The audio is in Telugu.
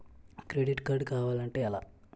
క్రెడిట్ కార్డ్ కావాలి అంటే ఎలా?